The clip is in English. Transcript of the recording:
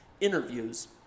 interviews